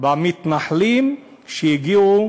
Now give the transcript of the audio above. במתנחלים שהגיעו